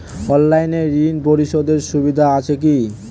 অনলাইনে ঋণ পরিশধের সুবিধা আছে কি?